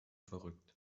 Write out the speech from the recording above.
verrückt